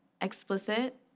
Explicit